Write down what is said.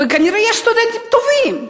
וכנראה יש סטודנטים טובים,